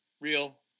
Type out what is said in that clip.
real